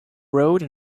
wrote